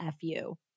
FU